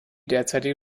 derzeitige